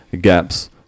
gaps